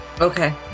okay